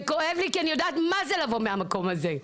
זה כואב לי כי אני יודעת מה זה לבוא מהמקום הזה,